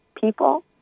people